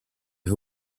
who